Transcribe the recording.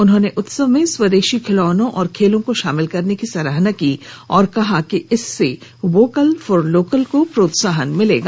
उन्होंने उत्सव में स्वदेशी खिलौनों और खेलों को शामिल करने की सराहना की और कहा कि इससे वोकल फॉर लोकल को प्रोत्साहन मिलेगा